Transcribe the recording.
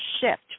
shift